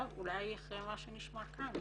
טוב, אולי אחרי מה שנשמע כאן